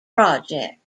project